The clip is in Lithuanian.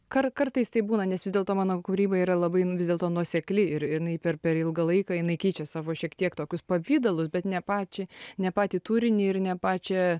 kar kartais taip būna nes vis dėlto mano kūryba yra labai nu vis dėlto nuosekli ir jinai per per ilgą laiką jinai keičia savo šiek tiek tokius pavidalus bet ne pačią ne patį turinį ir ne pačią